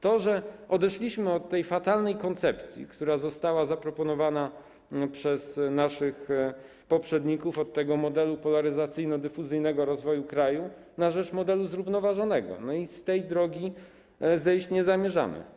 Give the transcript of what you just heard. To, że odeszliśmy od tej fatalnej koncepcji, która została zaproponowana przez naszych poprzedników, od tego modelu polaryzacyjno-dyfuzyjnego rozwoju kraju na rzecz modelu zrównoważonego, i z tej drogi zejść nie zamierzamy.